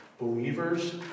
believers